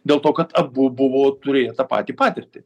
dėl to kad abu buvo turėję tą patį patirtį